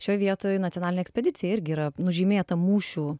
šioj vietoj nacionalinė ekspedicija irgi yra nužymėta mūšių